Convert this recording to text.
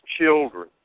children